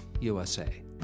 USA